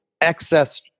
excess